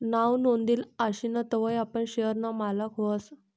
नाव नोंदेल आशीन तवय आपण शेयर ना मालक व्हस